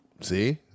See